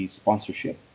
sponsorship